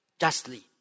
justly